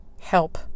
help